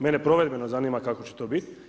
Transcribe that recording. Mene provedbeno zanima kako će to biti.